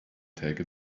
take